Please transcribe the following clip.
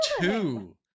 two